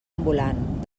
ambulant